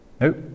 Nope